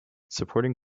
supporting